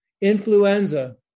Influenza